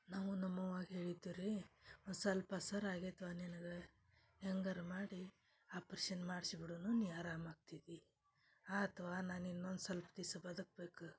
ನಾವು ನಮ್ಮವ್ವಾಗಿ ಹೇಳಿದ್ದು ರೀ ಒಂದು ಸ್ವಲ್ಪ ಸರ್ ಆಗೈತು ನಿನ್ಗ ಹೇಗಾರು ಮಾಡಿ ಆಪ್ರೇಷನ್ ಮಾಡ್ಶಿ ಬಿಡೋನು ನೀ ಆರಾಮಾಗ್ತಿದಿ ಆತು ಆರು ನಾನು ಇನ್ನೊಂದು ಸೊಲ್ಪ ದಿವಸ ಬದುಕ್ಬೇಕು